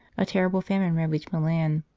a terrible famine ravaged milan.